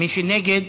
מי שנגד,